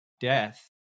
death